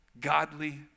Godly